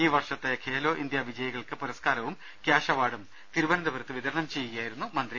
ഈ വർഷത്തെ ഖേലോ ഇന്ത്യ വിജയികൾക്ക് പുരസ്കാരവും ക്യാഷ് അവാർഡും തിരുവനന്തപുരത്ത് വിത രണം ചെയ്യുകയായിരുന്നു അദ്ദേഹം